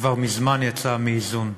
כבר מזמן יצא מאיזון.